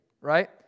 right